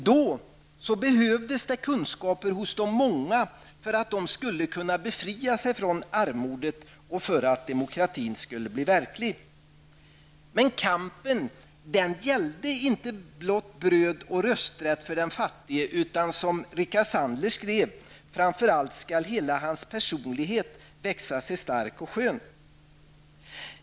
Då behövdes kunskaper hos de många för att de skulle kunna befria sig från armodet och för att demokratin skulle bli verklig. Kampen gällde emellertid inte blott bröd och rösträtt för den fattige, utan som Rickard Sandler skrev: ''Framför allt skall hela hans personlighet växa sig stark och skön.''